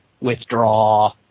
withdraw